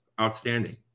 outstanding